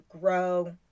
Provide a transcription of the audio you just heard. grow